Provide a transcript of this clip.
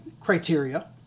criteria